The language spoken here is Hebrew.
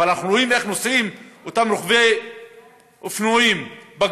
אבל אנחנו רואים איך נוסעים אותם רוכבי אופנועים בכבישים,